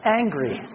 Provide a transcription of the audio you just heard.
angry